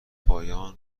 پایان